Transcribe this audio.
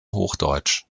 hochdeutsch